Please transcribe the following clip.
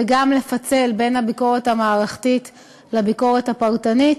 וגם לפצל בין הביקורת המערכתית לביקורת הפרטנית.